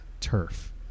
turf